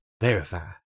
Verify